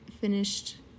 finished